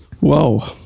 Whoa